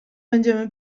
będziemy